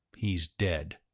he's dead.